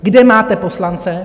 Kde máte poslance?